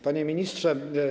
Panie Ministrze!